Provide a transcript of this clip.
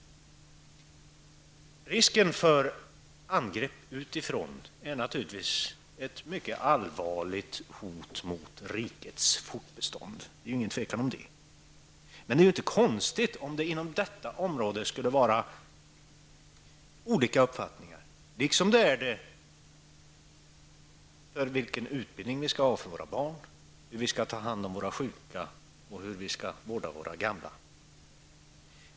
Risken för angrepp utifrån är ett mycket allvarligt hot mot rikets fortbestånd -- det är inget tvivel om saken. Men det är inte konstigt om det inom detta område skulle finnas olika uppfattningar, liksom vi kan olika uppfattningar om vilken utbildning vi skall ge för våra barn, hur vi skall ta hand om våra sjuka och vårda våra gamla.